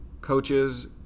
coaches